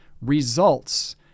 results